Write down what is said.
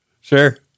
Sure